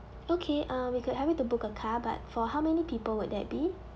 okay uh we could help you to book a car but for how many people would that be